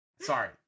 Sorry